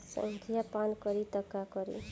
संखिया पान करी त का करी?